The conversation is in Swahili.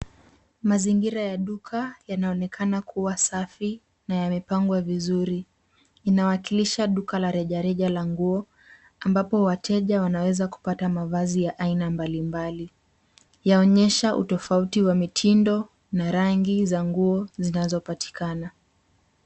Mazingira ya duka yanaonekana kuwa safi na yamepangwa vizuri. Inawakilisha duka la rejareja la nguo ambapo wateja wanaweza kupata mavazi ya aina mbalimbali. Yaonyesha utofauti wa mitindo na rangi za nguo zinazopatikana.